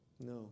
No